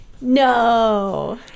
No